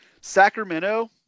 Sacramento